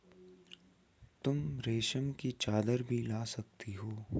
तुम रेशम की चद्दर भी ला सकती हो